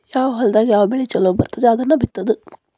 ಯಾವ ಹೊಲದಾಗ ಯಾವ ಬೆಳಿ ಚುಲೊ ಬರ್ತತಿ ಅದನ್ನ ಬಿತ್ತುದು